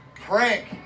prank